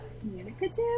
communicative